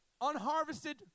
unharvested